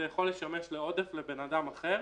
זה יכול לשמש לו עודף לבן אדם אחר